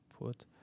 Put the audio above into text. put